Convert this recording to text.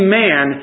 man